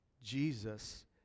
Jesus